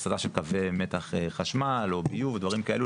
הסטה של קווי מתח חשמל או ביוב או דברים כאלה,